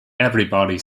everybody